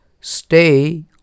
stay